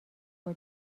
خدا